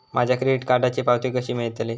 माझ्या क्रेडीट कार्डची पावती कशी मिळतली?